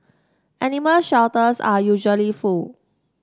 animal shelters are usually full